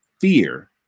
fear